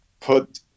put